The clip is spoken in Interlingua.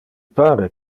pare